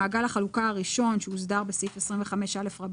במעגל החלוקה הראשון שהוסדר בסעיף 25א(ב),